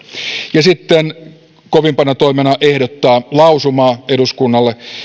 ja sitten kovimpana toimena valiokunta ehdottaa lausumaa eduskunnalle